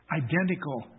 identical